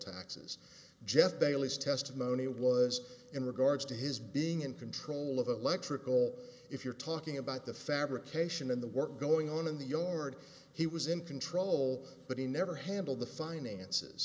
taxes just daley's testimony was in regards to his being in control of the electrical if you're talking about the fabrication in the work going on in the yard he was in control but he never handled the finances